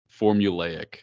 formulaic